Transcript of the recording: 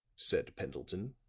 said pendleton,